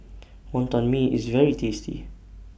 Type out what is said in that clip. Wonton Mee IS very tasty